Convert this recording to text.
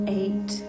eight